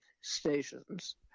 stations